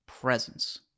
presence